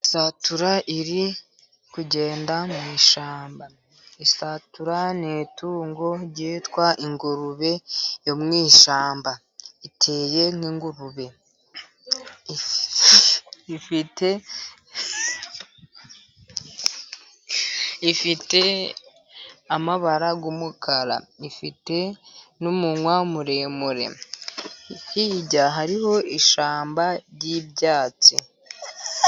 Isatura iri kugenda mu ishyamba. Isatura ni itungo ryitwa ingurube yo mu ishyamba. Iteye nk'ingurube, ifite amabara y'umukara. Ifite n'umunwa muremure, hirya hariho ishyamba ry'ibyatsi.